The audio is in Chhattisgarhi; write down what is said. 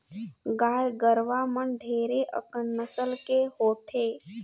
गाय गरुवा मन ढेरे अकन नसल के होथे